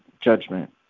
judgment